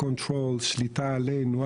שליטה עלינו,